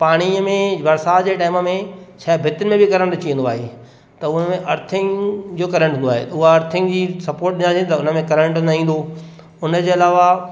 पाणीअ में बरसाति जे टाइम में छाहे भिति में बि करंट अची वेंदो आहे त उनमें अर्थिंग जो करंट हूंदो आहे त ऊअं अर्थिंग जी सपोर्ट ॾियारे त उनमें करंट न ईंदो उनजे अलावा